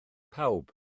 pawb